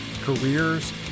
careers